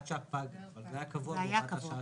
זה היה קבוע.